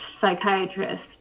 psychiatrist